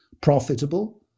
profitable